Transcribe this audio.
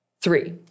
Three